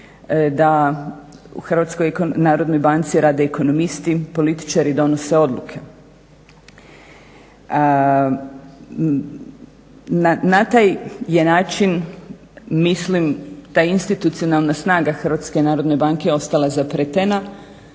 da u HNB rade ekonomisti, političari donose odluke. Na taj je način, mislim taj institucionalna snaga HNB je ostala zapretena,